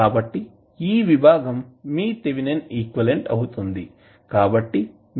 కాబట్టి ఈ విభాగం మీ థేవినన్ ఈక్వివలెంట్ అవుతుంది